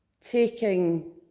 taking